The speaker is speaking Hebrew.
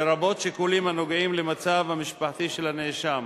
לרבות שיקולים הנוגעים למצב המשפחתי של הנאשם.